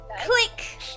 Click